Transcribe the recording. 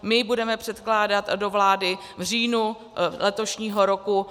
My to budeme předkládat do vlády v říjnu letošního roku.